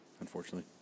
Unfortunately